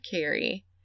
carry